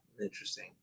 interesting